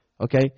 Okay